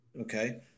Okay